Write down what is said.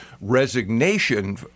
resignation